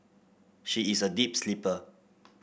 she is a deep sleeper